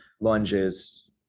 lunges